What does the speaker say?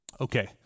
Okay